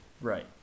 Right